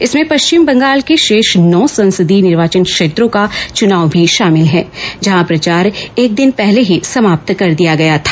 इसमें पश्चिम बंगाल के शेष नौ संसदीय निर्वाचन क्षेत्रों का चुनाव भी शामिल हैं जहां प्रचार एक दिन पहले ही समाप्त कर दिया गया था